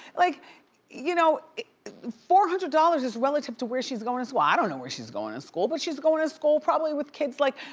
like you know four hundred dollars is relative to where she's going to school. i don't know where she's going to school, but she's going to school probably with kids like,